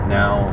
now